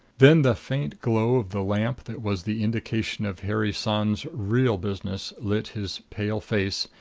then the faint glow of the lamp that was the indication of harry san's real business lit his pale face,